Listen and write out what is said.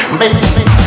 baby